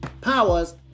powers